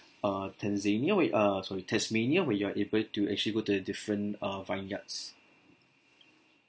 uh tanzania wait uh sorry tasmania where you're able to actually go to the different uh vineyards